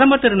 பிரதமர் திரு